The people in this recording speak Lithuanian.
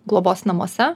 globos namuose